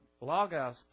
Logos